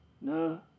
No